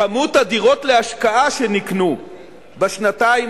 כמות הדירות להשקעה שנקנו בשנתיים